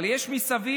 אבל יש מסביב,